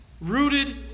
Rooted